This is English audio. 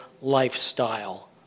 lifestyle